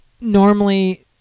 Normally